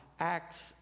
Acts